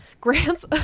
grants